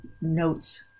notes